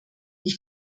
ich